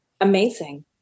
amazing